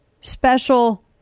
special